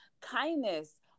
kindness